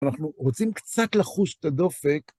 אנחנו רוצים קצת לחוש את הדופק.